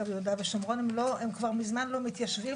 ביהודה ושומרון הם כבר מזמן לא מתיישבים,